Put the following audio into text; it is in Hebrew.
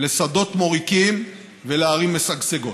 לשדות מוריקים ולערים משגשגות.